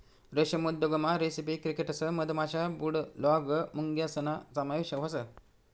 रेशीम उद्योगमा recipe crickets मधमाशा, बुलडॉग मुंग्यासना समावेश व्हस